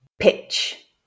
pitch